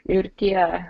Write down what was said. ir tie